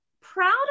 proud